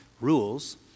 rules